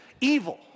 evil